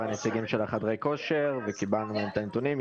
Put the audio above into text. הנציגים של חדרי הכושר וקיבלנו את הנתונים.